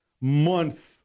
month